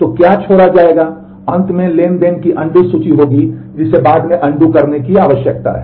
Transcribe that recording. तो क्या छोड़ा जाएगा अंत में ट्रांज़ैक्शन की अनडू करने की आवश्यकता है